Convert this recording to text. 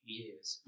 years